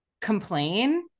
complain